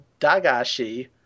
Dagashi